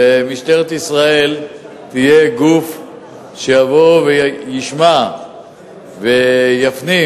ומשטרת ישראל תהיה גוף שיבוא וישמע ויפנים